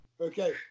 Okay